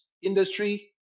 industry